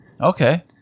okay